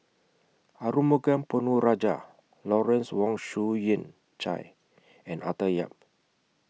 Arumugam Ponnu Rajah Lawrence Wong Shyun Tsai and Arthur Yap